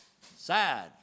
Sad